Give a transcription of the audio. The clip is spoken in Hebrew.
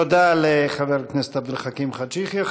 תודה לחבר הכנסת עבד אל חכים חאג' יחיא.